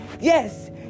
Yes